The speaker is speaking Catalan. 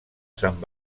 sant